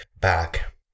back